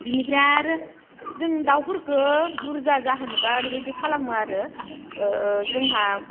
बेनिफ्राय आरो जोङो दाउफोरखौ बुरजा जाहोनोबा ओरैबायदि खालामो आरो जोंहा